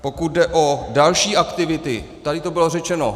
Pokud jde o další aktivity, tady to bylo řečeno.